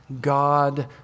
God